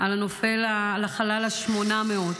על החלל ה-800.